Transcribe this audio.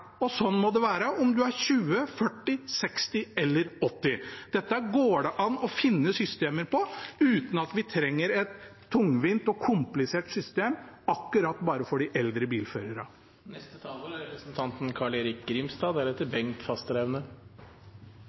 Sånn må det være om en er 20 år, 40 år, 60 år eller 80 år. Dette går det an å finne systemer for, uten at vi trenger et tungvint og komplisert system bare for de eldre